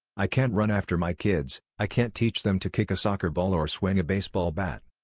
i can't run after my kids, i can't teach them to kick a soccer ball or swing a baseball bat.